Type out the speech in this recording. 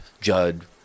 Judd